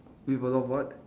with a lot of what